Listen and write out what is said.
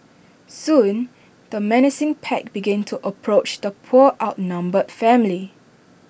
soon the menacing pack began to approach the poor outnumbered family